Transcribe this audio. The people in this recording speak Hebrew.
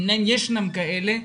אם ישנן כאלה,